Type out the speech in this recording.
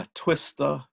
twister